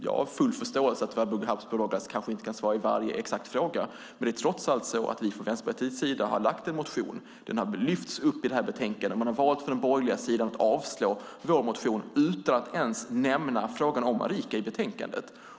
Jag har full förståelse för att Walburga Habsburg Douglas inte kan svara på exakt varje fråga. Men det är trots allt så att vi från Vänsterpartiets sida har lagt fram en motion. Den har lyfts upp i betänkandet. Man har från den borgerliga sidan valt att avstyrka vår motion utan att ens nämna frågan om Arica i betänkandet.